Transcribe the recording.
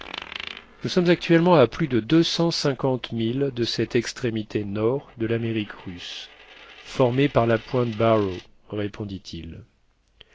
nous sommes actuellement à plus de deux cent cinquante milles de cette extrémité nord de l'amérique russe formée par la pointe barrow répondit-il